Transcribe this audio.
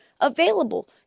available